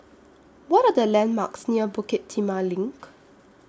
What Are The landmarks near Bukit Timah LINK